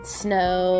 snow